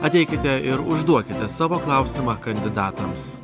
ateikite ir užduokite savo klausimą kandidatams